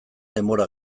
denbora